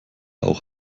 auch